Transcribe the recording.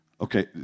Okay